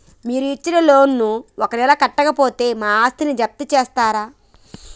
మీరు ఇచ్చిన లోన్ ను ఒక నెల కట్టకపోతే మా ఆస్తిని జప్తు చేస్తరా?